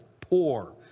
poor